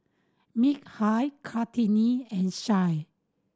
Mikhail Kartini and Said